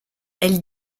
elle